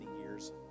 years